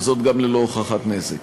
וזאת גם ללא הוכחת נזק.